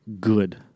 good